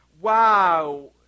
wow